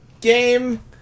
game